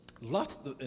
Lust